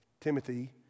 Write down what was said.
Timothy